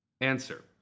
Answer